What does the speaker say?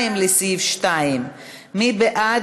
1 לסעיף 2. מי בעד